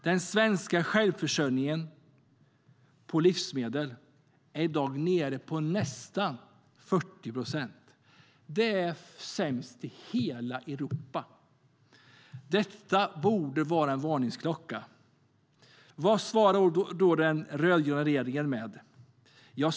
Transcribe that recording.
Den svenska självförsörjningsgraden för livsmedel är i dag nere på nära 40 procent. Det är sämst i hela Europa. Detta borde vara en varningsklocka. Vad svarar då den rödgröna regeringen?